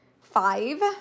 Five